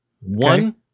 one